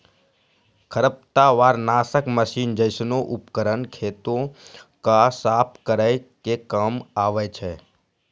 खरपतवार नासक मसीन जैसनो उपकरन खेतो क साफ करै के काम आवै छै